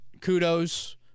kudos